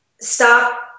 stop